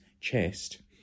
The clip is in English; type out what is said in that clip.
chest